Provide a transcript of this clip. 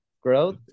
Growth